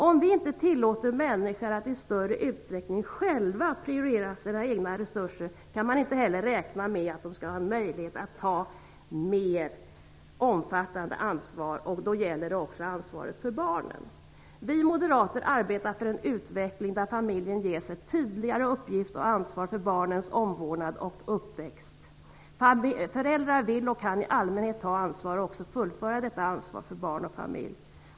Om vi inte tillåter människor att i större utsträckning själva prioritera sina egna resurser kan man inte heller räkna med att de skall ha en möjlighet att ta mer omfattande ansvar, och då gäller det också ansvaret för barnen. Vi moderater arbetar för en utveckling där familjen ges en tydligare uppgift med ansvar för barnens omvårdnad och uppväxt. Föräldrar vill och kan i allmänhet ta ansvar och även fullfölja detta ansvar för barn och familj.